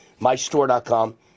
MyStore.com